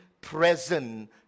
present